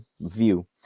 view